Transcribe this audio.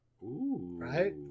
right